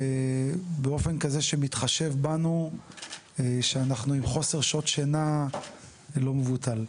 באופן כזה שמתחשב בנו שאנחנו עם חוסר שעות שינה לא מבוטל.